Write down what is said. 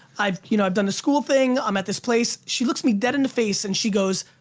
i've you know i've done the school thing. i'm at this place. she looks me dead in the face and she goes,